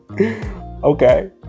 Okay